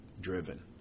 driven